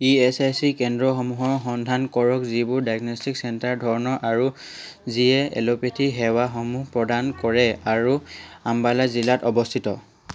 ESIC কেন্দ্ৰসমূহৰ সন্ধান কৰক যিবোৰ ডায়েগনষ্টিক চেণ্টাৰ ধৰণৰ আৰু যিয়ে এলোপেথী সেৱাসমূহ প্ৰদান কৰে আৰু আম্বালা জিলাত অৱস্থিত